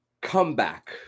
comeback